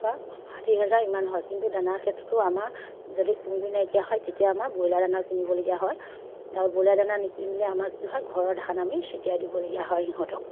বা ষাঠি হাজাৰ ইমান হয় কিন্তু দানাৰ ক্ষেত্ৰতো আমাৰ যদি তুঁহ গুৰি নাইকিয়া হয় তেতিয়া আমাৰ ব্ৰইলাৰ দানা কিনিবলগীয়া হয় আৰু ব্ৰইলাৰ দানা নিকিনিলে আমাৰ কি হয় ঘৰৰ ধান আমি চটিয়াই দিবলগীয়া হয় সিহঁতক